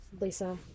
Lisa